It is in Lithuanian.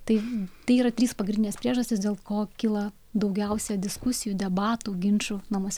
tai tai yra trys pagrindinės priežastys dėl ko kyla daugiausia diskusijų debatų ginčų namuose